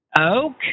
Okay